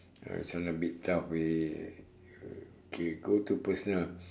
ah this one a bit tough we okay go to personal